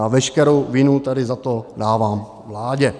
Já veškerou vinu tady za to dávám vládě.